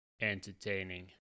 entertaining